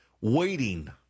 Waiting